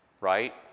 right